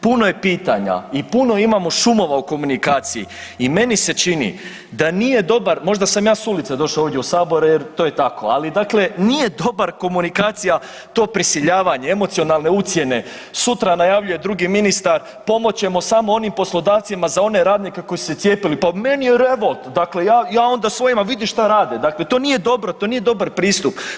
Puno je pitanja i puno imamo šumova u komunikaciji i meni se čini da nije dobar, možda sam ja s ulice došao ovdje u Sabor jer to je tako, ali dakle nije dobra komunikacija to prisiljavanje, emocionalne ucjene, sutra najavljuje drugi ministar pomoć ćemo samo onim poslodavcima za one radnike koji su se cijepili, pa meni je evo, dakle ja onda svojima vidi šta rade, dakle to nije dobro, to nije dobar pristup.